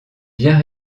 bien